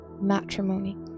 matrimony